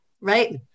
right